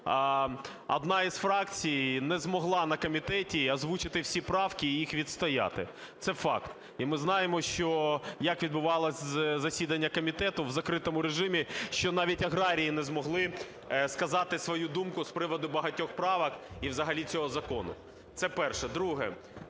одна із фракцій не змогла на комітеті озвучити всі правки і їх відстояти. Це факт. І ми знаємо, що як відбувалось засідання комітету в закритому режимі, що навіть аграрії не змогли сказати свою думку з приводу багатьох правок і взагалі цього закону. Це перше. Друге.